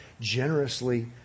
generously